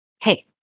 hey